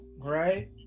right